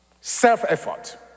Self-effort